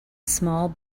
small